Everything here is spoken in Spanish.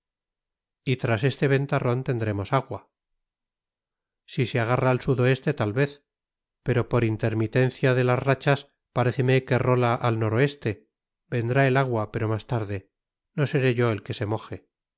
y tras este ventarrón tendremos agua si se agarra al sudoeste tal vez pero por intermitencia de las rachas paréceme que rola al noroeste vendrá el agua pero más tarde no seré yo el que se moje